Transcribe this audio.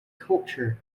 culture